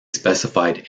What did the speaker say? specified